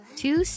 two